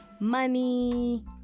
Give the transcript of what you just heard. Money